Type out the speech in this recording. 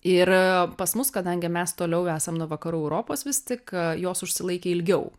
ir pas mus kadangi mes toliau esam nuo vakarų europos vis tik jos užsilaikė ilgiau